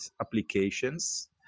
applications